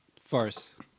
Farce